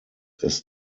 ist